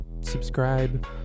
subscribe